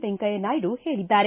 ವೆಂಕಯ್ಯ ನಾಯ್ಡು ಹೇಳಿದ್ದಾರೆ